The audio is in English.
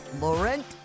Laurent